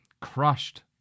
crushed